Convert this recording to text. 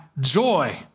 joy